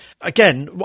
Again